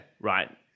Right